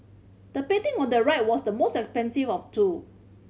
the painting on the right was the most expensive of two